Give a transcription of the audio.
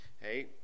Hey